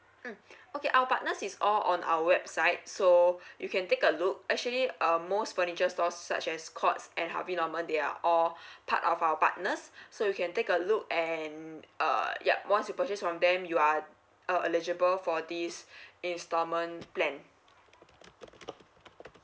mm okay our partners is all on our website so you can take a look actually um most furniture stores such as courts and harvey norman they are all part of our partners so you can take a look and err yup once you purchase from them you are uh eligible for this installment plan